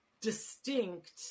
distinct